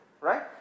Right